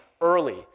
early